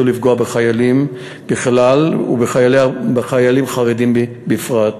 לפגוע בחיילים בכלל ובחיילים חרדים בפרט.